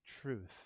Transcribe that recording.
truth